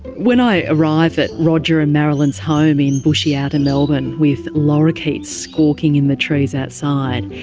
when i arrive at roger and marilyn's home in bushy outer melbourne, with lorikeets squawking in the trees outside,